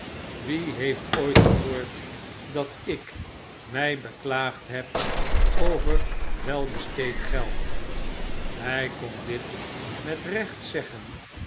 wie heeft ooit gehoord dat ik my beklaagd heb over welbesteed geld hy kon dit met recht zeggen